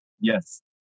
Yes